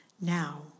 now